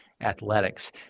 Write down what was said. athletics